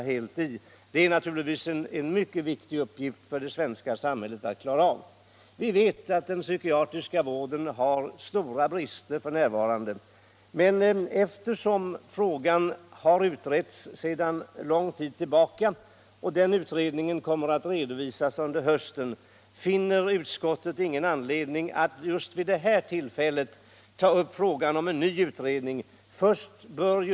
Det är en mycket viktig uppgift för det svenska samhället att klara av. Vi vet att den psykiatriska vården har stora brister f. n., men eftersom frågan har utretts sedan lång tid tillbaka och den utredningen kommer att redovisas under hösten finner utskottet ingen anledning att just vid det här tillfället ta upp frågan om en ny utredning.